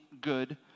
good